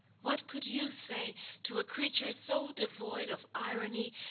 what could you say to a creature so devoid of irony,